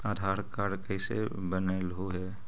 आधार card कईसे बनैलहु हे?